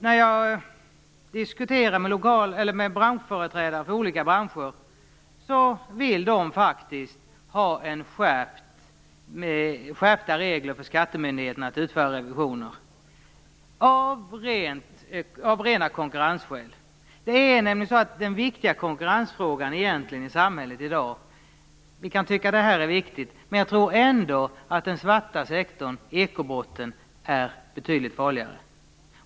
När jag diskuterar med företrädare för olika branscher vill de faktiskt av rena konkurrensskäl ha skärpta regler för skattemyndigheterna, så att de kan utföra revisioner. Detta är nämligen inte den viktiga konkurrensfrågan i samhället i dag. Vi kan tycka att det här är viktigt, men jag tror ändå att den svarta sektorn, ekobrotten, är betydligt farligare.